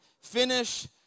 Finish